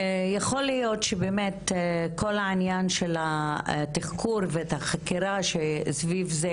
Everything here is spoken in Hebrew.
יכול להיות שבאמת כל העניין של התחקור והחקירה שסביב זה,